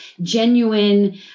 genuine